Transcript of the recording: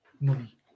money